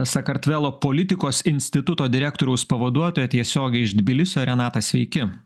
sakartvelo politikos instituto direktoriaus pavaduotoja tiesiogiai iš tbilisio renata sveiki